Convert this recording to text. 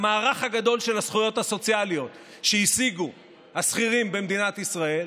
למערך הגדול של הזכויות הסוציאליות שהשיגו השכירים במדינת ישראל.